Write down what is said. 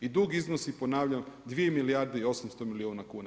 I dug iznosi, ponavljam, 2 milijarde i 800 milijuna kuna.